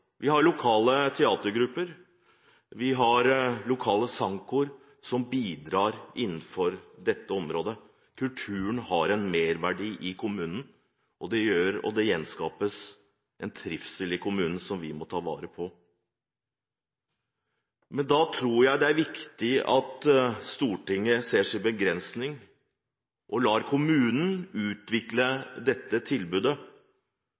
Vi har lokale teatergrupper, vi har lokale sangkor som bidrar innenfor dette området. Kulturen gir en merverdi til kommunen, og den skaper en trivsel i kommunen som vi må ta vare på. Men jeg tror det er viktig at Stortinget ser sin begrensning og lar kommunen utvikle dette tilbudet,